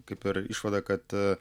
kaip ir išvada kad